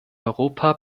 europa